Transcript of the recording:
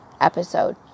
episode